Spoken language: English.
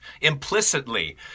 implicitly